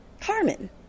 Carmen